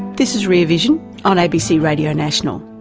this is rear vision on abc radio national.